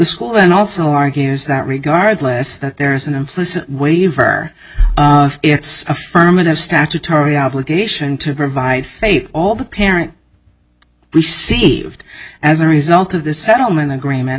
school then also argues that regardless that there is an implicit waiver of its affirmative statutory obligation to provide faith all the parent received as a result of the settlement agreement